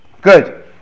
Good